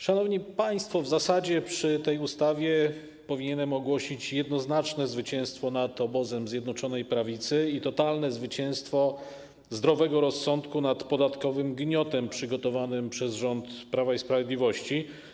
Szanowni państwo, w zasadzie przy okazji dyskusji o tej ustawie powinienem ogłosić jednoznaczne zwycięstwo nad obozem Zjednoczonej Prawicy i totalne zwycięstwo zdrowego rozsądku nad podatkowym gniotem przygotowanym przez rząd Prawa i Sprawiedliwości.